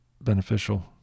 beneficial